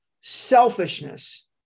selfishness